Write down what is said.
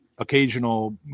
occasional